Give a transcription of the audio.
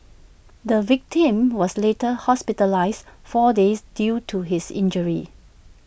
the victim was later hospitalised four days due to his injuries